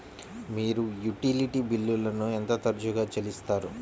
మీరు యుటిలిటీ బిల్లులను ఎంత తరచుగా చెల్లిస్తారు?